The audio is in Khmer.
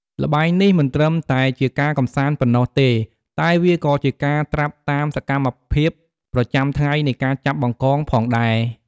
ល្បែងនេះមិនត្រឹមតែជាការកម្សាន្តប៉ុណ្ណោះទេ តែវាក៏ជាការត្រាប់តាមសកម្មភាពប្រចាំថ្ងៃនៃការចាប់បង្កងផងដែរ។